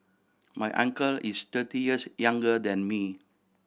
my uncle is thirty years younger than me